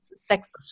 sex